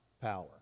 power